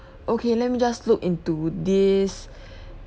okay let me just look into this